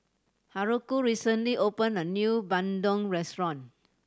Haruko recently opened a new bandung restaurant